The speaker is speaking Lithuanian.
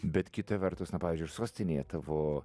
bet kita vertus na pavyzdžiui aš sostinėje tavo